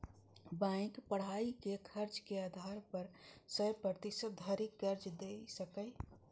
bank पढ़ाइक खर्चक आधार पर सय प्रतिशत धरि कर्ज दए सकैए